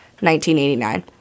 1989